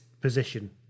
position